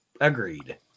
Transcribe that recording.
Agreed